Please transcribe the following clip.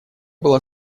было